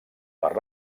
per